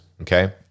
Okay